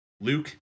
Luke